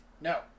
No